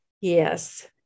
Yes